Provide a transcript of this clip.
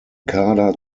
kader